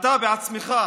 אתה בעצמך,